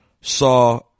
saw